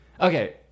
okay